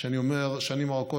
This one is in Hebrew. כשאני אומר שנים ארוכות,